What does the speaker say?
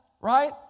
right